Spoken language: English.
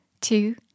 Two